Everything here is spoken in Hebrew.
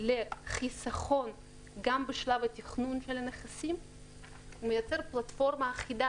לחיסכון גם בשלב התכנון של הנכסים ויוצר פלטפורמה אחידה,